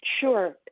Sure